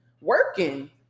working